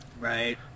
Right